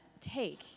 Take